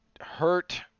hurt